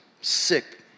sick